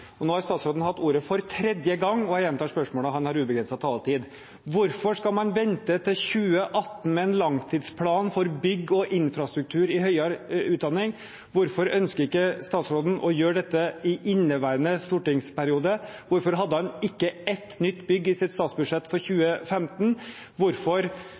regjeringen. Nå har statsråden hatt ordet for tredje gang, og jeg gjentar spørsmålene – han har ubegrenset taletid: Hvorfor skal man vente til 2018 med en langtidsplan for bygg og infrastruktur i høyere utdanning? Hvorfor ønsker ikke statsråden å gjøre dette i inneværende stortingsperiode? Hvorfor hadde han ikke ett nytt bygg i sitt statsbudsjett for 2015? Hvorfor